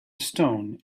stone